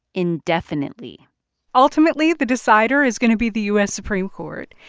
indefinitely ultimately, the decider is going to be the u s. supreme court.